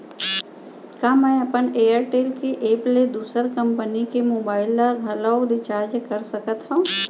का मैं अपन एयरटेल के एप ले दूसर कंपनी के मोबाइल ला घलव रिचार्ज कर सकत हव?